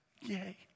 Yay